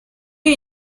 you